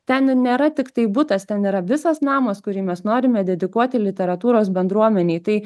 ten nėra tiktai butas ten yra visas namas kurį mes norime dedikuoti literatūros bendruomenei tai